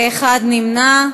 ואחד נמנע.